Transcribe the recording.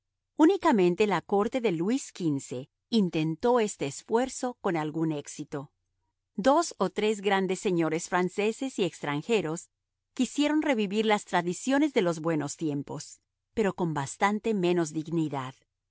unicamente la corte de luis xv intentó este esfuerzo con algún éxito dos o tres grandes señores franceses y extranjeros quisieron revivir las tradiciones de los buenos tiempos pero con bastante menos dignidad